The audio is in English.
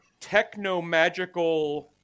technomagical